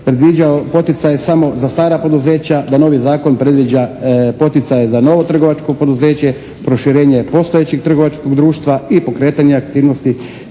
predviđao poticaje samo za stara poduzeća, da novi zakon predviđa poticaje za novo trgovačko poduzeće, proširenje postojećeg trgovačkog društva i pokretanja aktivnosti